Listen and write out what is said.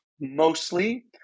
mostly